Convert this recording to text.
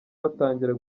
batangira